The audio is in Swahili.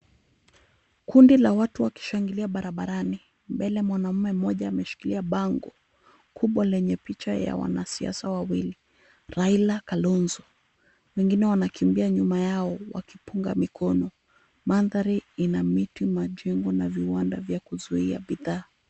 Kundi la watu wakishangilia barabarani. Mbele mwanaume mmoja ameshikilia bango kubwa lenye picha ya wanasiasa wawili, Raila, Kalonzo. Wengine wanakimbia nyuma yao wakipunga mikono. Mandhari ina miti, majengo na viwanda vya kuzuia bidhaa.